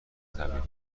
تبریک